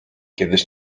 kiedyś